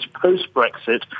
post-Brexit